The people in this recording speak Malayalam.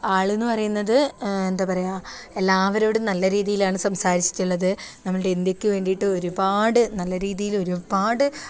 ആളെന്ന് പറയുന്നത് എന്താ പറയാ എല്ലാവരോടും നല്ല രീതിയിലാണ് സംസാരിച്ചിട്ടുള്ളത് നമ്മളുടെ ഇന്ത്യക്ക് വേണ്ടിട്ട് ഒരുപാട് നല്ല രീതിയിൽ ഒരുപാട്